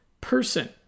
person